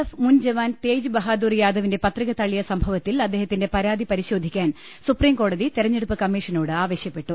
F മുൻ ജവാൻ തേജ് ബഹാദൂർ യാദവിന്റെ പത്രിക തള്ളിയ സംഭവത്തിൽ അദ്ദേഹത്തിന്റെ പരാതി പരിശോധിക്കാൻ സുപ്രീംകോടതി തെരഞ്ഞെടുപ്പ് കമ്മീഷനോട് ആവശ്യപ്പെട്ടു